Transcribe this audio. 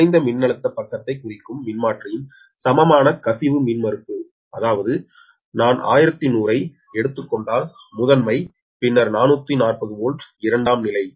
குறைந்த மின்னழுத்த பக்கத்தைக் குறிக்கும் மின்மாற்றியின் சமமான கசிவு மின்மறுப்பு அதாவது நான் 111100 ஐ எடுத்துக் கொண்டால் முதன்மை பின்னர் 440 வோல்ட் இரண்டாம் நிலை